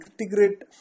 integrate